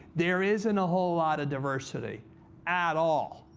there isn't a whole lot of diversity at all.